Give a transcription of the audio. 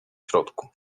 środku